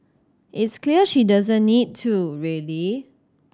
it's clear she doesn't need to really